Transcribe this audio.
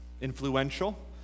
influential